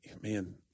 man